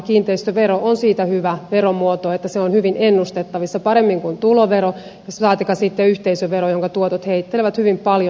kiinteistövero on siitä hyvä veromuoto että se on hyvin ennustettavissa paremmin kuin tulovero saatikka sitten yhteisövero jonka tuotot heittelevät hyvin paljon